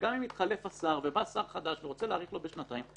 וגם אם התחלף השר ובא שר חדש והוא רוצה להאריך לו בשנתיים,